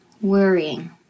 worrying